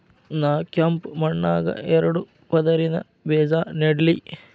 ನಾ ಕೆಂಪ್ ಮಣ್ಣಾಗ ಎರಡು ಪದರಿನ ಬೇಜಾ ನೆಡ್ಲಿ?